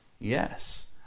Yes